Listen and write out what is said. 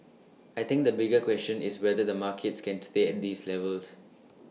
I think the bigger question is whether the markets can stay at these levels